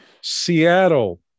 Seattle